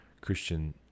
Christian